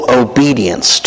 obedience